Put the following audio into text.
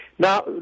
Now